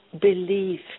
belief